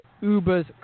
Uber's